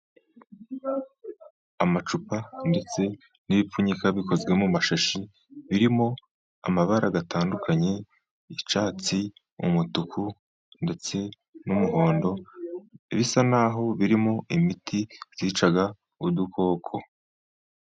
Amacupa ndetse n'ibipfunyika bikozwe mu mashashi, birimo amabara atandukanye icyatsi, umutuku ndetse n'umuhondo, bisa naho birimo imiti byica udukoko.